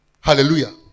Hallelujah